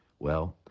well,